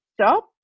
stop